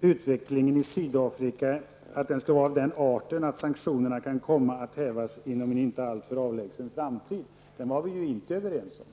''utvecklingen i Sydafrika är av den arten att sanktionerna kan komma att hävas inom en inte alltför avlägsen framtid''. Den var vi inte överens om.